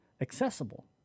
accessible